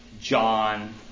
John